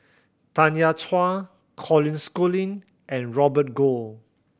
Tanya Chua Colin Schooling and Robert Goh